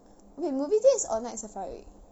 wait movie dates or night safari